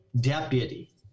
deputy